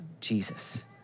Jesus